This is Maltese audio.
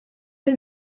fil